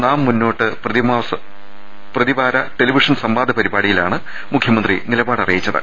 നാം മുന്നോട്ട് പ്രതിവാര ടെലിവിഷൻ സംവാദ പരിപാടിയി ലാണ് മുഖ്യമന്ത്രി നിലപാട് അറിയിച്ചത്